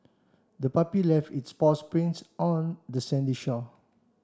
the puppy left its paw prints on the sandy shore